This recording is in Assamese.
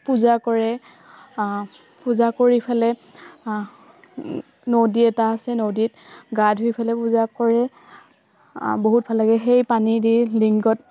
পূজা কৰে পূজা কৰি পেলাই নদী এটা আছে নদীত গা ধুই পেলাই পূজা কৰে বহুত ভাল লাগে সেই পানী দি লিংগত